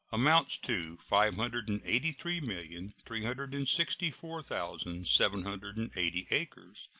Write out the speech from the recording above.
amounts to five hundred and eighty three million three hundred and sixty four thousand seven hundred and eighty acres,